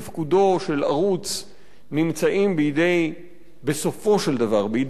ערוץ נמצאות בסופו של דבר בידי הממשלה,